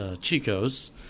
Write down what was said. chico's